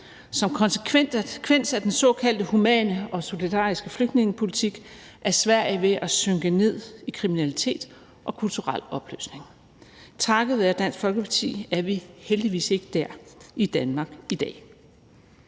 Som konsekvens af den såkaldte humane og solidariske flygtningepolitik er Sverige ved at synke ned i kriminalitet og kulturel opløsning. Takket være Dansk Folkeparti er vi heldigvis ikke der i Danmark i dag.